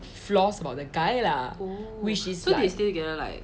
flaws about the guy lah which is like